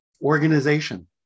organization